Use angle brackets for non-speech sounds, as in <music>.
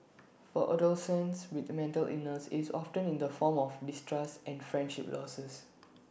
<noise> for adolescents with mental illness it's often in the form of distrust and friendship losses <noise>